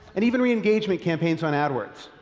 and even re-engagement campaigns on adwords.